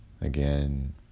again